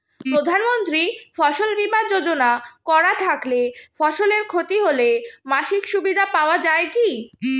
প্রধানমন্ত্রী ফসল বীমা যোজনা করা থাকলে ফসলের ক্ষতি হলে মাসিক সুবিধা পাওয়া য়ায় কি?